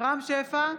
רם שפע,